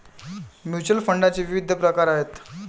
mutual फंडाचे विविध प्रकार आहेत